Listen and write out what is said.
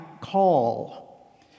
call